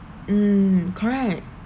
mm correct